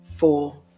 Four